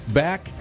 back